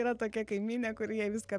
yra tokia kaimynė kuri jai viską